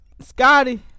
Scotty